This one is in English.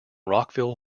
rockville